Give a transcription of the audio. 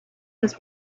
his